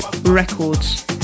Records